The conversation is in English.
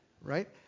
right